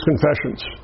confessions